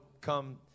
come